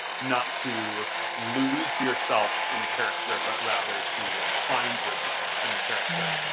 not to lose yourself in a character but rather to find yourself in the character.